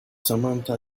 samantha